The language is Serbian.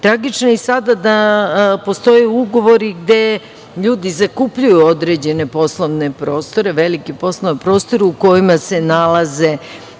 je i sada da postoje ugovori gde ljudi zakupljuju određene poslovne prostore, velike poslovne prostore u kojima se nalaze